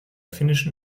finnischen